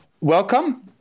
Welcome